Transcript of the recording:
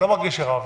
אני לא מרגיש שרבנו.